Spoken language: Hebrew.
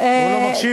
והוא לא מקשיב.